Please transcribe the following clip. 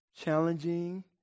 challenging